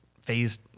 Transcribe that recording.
phase